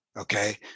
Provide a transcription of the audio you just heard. okay